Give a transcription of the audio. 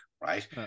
right